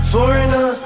Foreigner